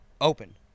open